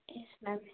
yes ma'am